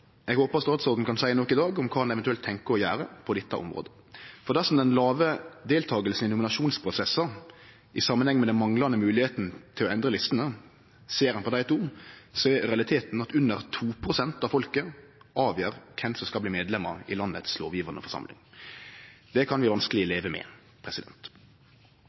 Eg håper statsråden kan seie noko i dag om kva han eventuelt tenkjer å gjere på dette området. For ser ein på den låge deltakinga i nominasjonsprosessar saman med det manglande høvet til å endre listene, er realiteten at under 2 pst. av folket avgjer kven som skal bli medlemmer av den lovgjevande forsamlinga i landet. Det kan vi vanskeleg leve med.